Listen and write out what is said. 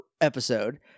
episode